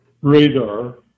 radar